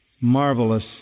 marvelous